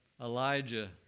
Elijah